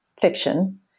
fiction